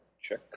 Check